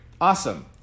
awesome